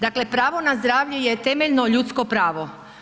Dakle pravo na zdravlje je temeljeno ljudsko pravo.